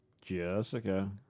Jessica